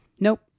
Nope